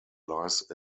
lies